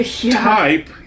type